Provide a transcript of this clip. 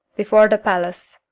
before the palace.